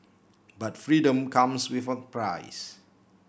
but freedom comes with a price